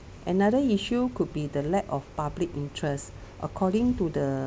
another issue could be the lack of public interest according to the